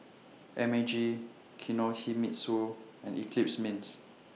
M A G Kinohimitsu and Eclipse Mints